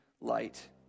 light